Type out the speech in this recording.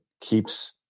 keeps